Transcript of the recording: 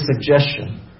suggestion